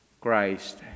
Christ